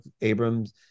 Abrams